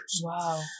Wow